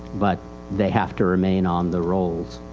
but they have to remain on the roles.